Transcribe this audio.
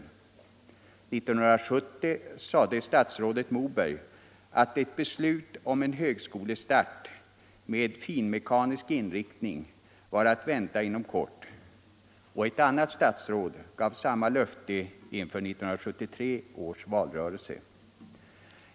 1970 sade statsrådet Moberg att ett beslut om en högskola i Skellefteå med finmekanisk inriktning var att vänta inom kort. Ett annat statsråd gav samma löfte inför 1973 års valrörelse.